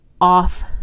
off